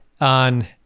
on